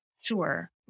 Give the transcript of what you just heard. Sure